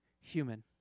human